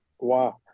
Wow